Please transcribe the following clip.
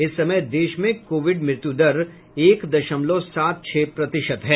इस समय देश में कोविड मृत्युदर एक दशमलव सात छह प्रतशित है